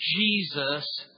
Jesus